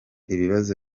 ibibazo